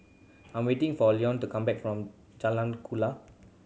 I'm waiting for Lionel to come back from Jalan Kuala